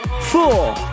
four